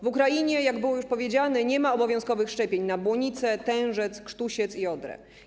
W Ukrainie, jak było już powiedziane, nie ma obowiązkowych szczepień na błonicę, tężec, krztusiec i odrę.